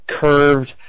curved